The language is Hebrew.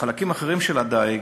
בחלקים אחרים של הדיג,